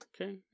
Okay